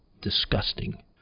disgusting